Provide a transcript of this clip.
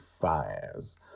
fires